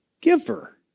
giver